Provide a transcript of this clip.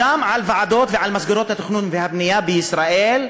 הוועדות ועל מסגרות התכנון והבנייה בישראל,